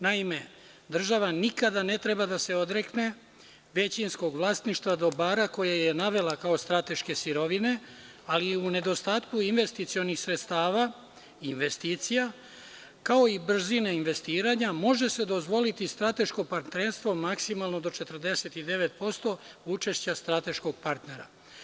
Naime, država nikada ne treba da se odrekne većinskog vlasništva dobara koje je navela kao strateške sirovine, ali u nedostatku investicionih sredstava, investicija, kao i brzine investiranja može se dozvoliti strateško partnerstvo maksimalno do 49% učešća strateškog partnera.